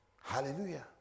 Hallelujah